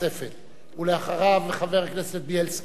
אחריו, חבר הכנסת בילסקי ביקש.